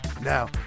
now